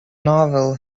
novel